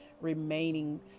remaining